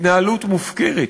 התנהלות מופקרת.